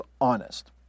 honest